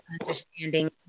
understanding